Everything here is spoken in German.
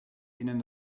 denen